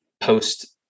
post